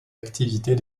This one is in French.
activités